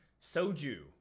Soju